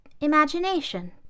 imagination